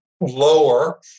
lower